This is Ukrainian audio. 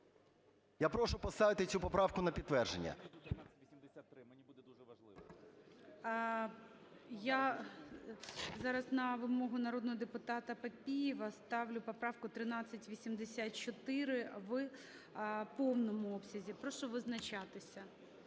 Я прошу поставити цю поправку на підтвердження. ГОЛОВУЮЧИЙ. Я зараз на вимогу народного депутата Папієва ставлю поправку 1384 в повному обсязі. Прошу визначатися.